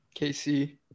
KC